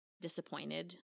disappointed